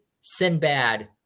Sinbad